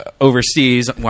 overseas